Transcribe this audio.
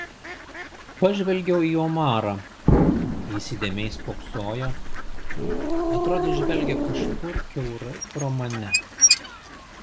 pažvelgiau į omarą jis įdėmiai spoksojo atrodė žvelgia kažkur kiaurai pro mane